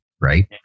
right